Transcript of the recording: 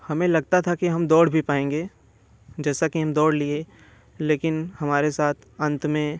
हमें लगता था कि हम दौड़ भी पाएंगे जैसा कि हम दौड़ लिए लेकिन हमारे साथ अंत में